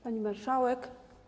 Pani Marszałek!